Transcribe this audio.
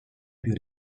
più